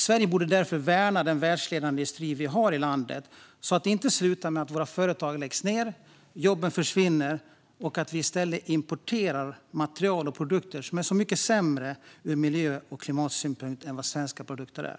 Sverige borde därför värna den världsledande industri vi har i landet så att det inte slutar med att våra företag läggs ned, jobben försvinner och vi i stället importerar material och produkter som är mycket sämre ur miljö och klimatsynpunkt än vad svenska produkter är.